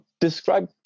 describe